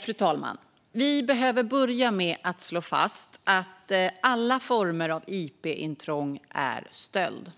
Fru talman! Vi behöver börja med att slå fast att alla former av ip-intrång är stöld.